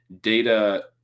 data